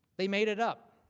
they made it up.